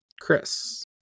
Chris